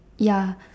ya